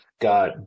got